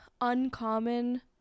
uncommon